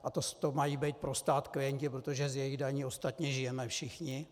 A to mají být pro stát klienti, protože z jejich daní ostatně žijeme všichni.